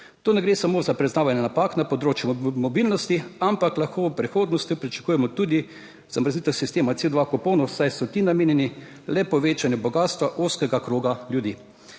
Tu ne gre samo za priznavanje napak na področju mobilnosti, ampak lahko v prihodnosti pričakujemo tudi zamrznitev sistema C02 kuponov, saj so ti namenjeni le povečanju bogastva ozkega kroga ljudi.